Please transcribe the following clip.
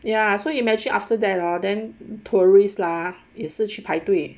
ya so imagine after that lah then tourist lah 也是去排队